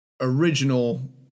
original